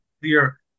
clear